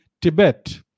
Tibet